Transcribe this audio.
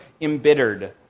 embittered